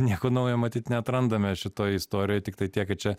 nieko naujo matyt neatrandame šitoj istorijoj tiktai tiek kad čia